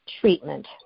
treatment